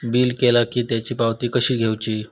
Bill केला की त्याची पावती कशी घेऊची?